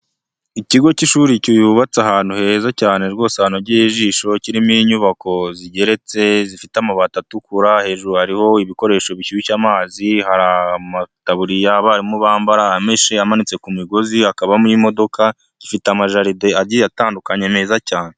Ikigo cy'ishuri cyubatse ahantu heza cyane rwose hanogeye ijisho, kirimo inyubako zigeretse zifite amabati atukura, hejuru hariho ibikoresho bishyushye amazi, hari amataburiya abarimu bambara ameshe, amanitse ku migozi , hakabamo imodoka, gifite amajaride agiye atandukanye meza cyane.